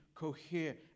cohere